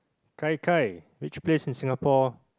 kai kai which place in Singapore